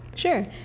Sure